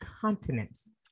continents